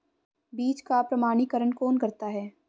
बीज का प्रमाणीकरण कौन करता है?